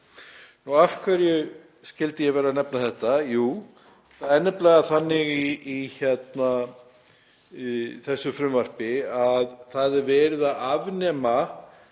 Af hverju skyldi ég vera að nefna þetta? Jú, það er nefnilega þannig í frumvarpinu að verið er að afnema